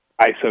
ISO